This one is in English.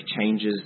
changes